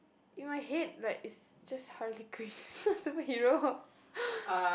in my head like is just Harley-Quinn superhero